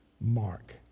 mark